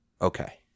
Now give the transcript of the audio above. Okay